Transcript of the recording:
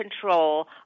control